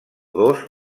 dos